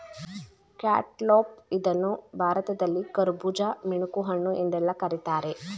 cantaloupe ಇದನ್ನು ಭಾರತದಲ್ಲಿ ಕರ್ಬುಜ, ಮಿಣಕುಹಣ್ಣು ಎಂದೆಲ್ಲಾ ಕರಿತಾರೆ